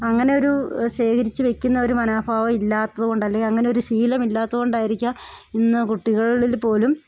അങ്ങനെയൊരു ശേഖരിച്ചു വെയ്ക്കുന്നൊരു മനോഭാവം ഇല്ലാത്തതു കൊണ്ടല്ലേ അങ്ങനെയൊരു ശീലമില്ലാത്തതു കൊണ്ടായിരിക്കാം ഇന്നു കുട്ടികളിൽ പോലും